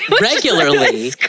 regularly